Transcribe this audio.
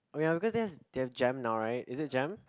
oh ya because that's they have jam now right is it jam